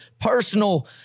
personal